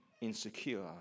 insecure